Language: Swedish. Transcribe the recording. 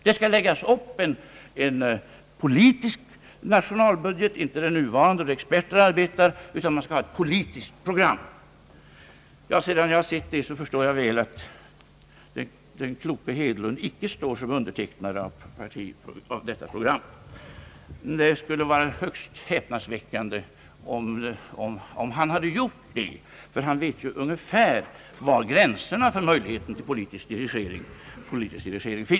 Det skall läggas upp en politisk nationalbudget i stället för den nuvarande, som utarbetas med hjälp av experter. Jag förstår mycket väl att den kloke herr. Hedlund inte står som undertecknare av detta program. Det skulle vara högst häpnadsväckande, om han hade undertecknat detta aktstycke, ty han vet ju ungefär var gränserna går för möjligheten till politisk dirigering.